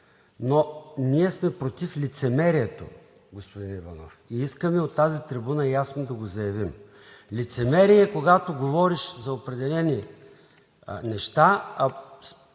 но ние сме против лицемерието, господин Иванов, и искаме от тази трибуна ясно да го заявим. Лицемерие е, когато говориш за определени неща,